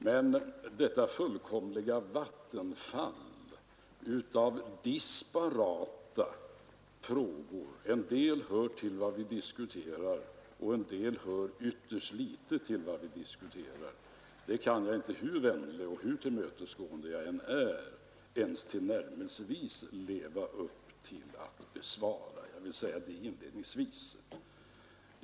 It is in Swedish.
Men detta fullkomliga vattenfall av disparata frågor — en del hör till vad vi diskuterar och en del hör ytterst litet till vad vi diskuterar — kan jag inte, hur vänlig och hur tillmötesgående jag än är, ens tillnärmelsevis leva upp till att besvara. Jag vill säga det inledningsvis.